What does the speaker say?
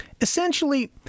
Essentially